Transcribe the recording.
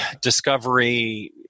discovery